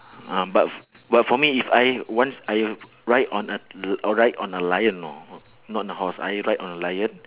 um but but for me if I once I ride on a l~ uh ride on a lion you know not on a horse I ride on a lion